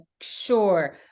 sure